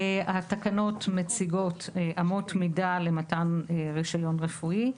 התקנות מציגות אמות מידה למתן רישיון רפואי.